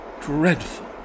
Dreadful